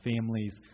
families